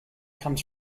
comes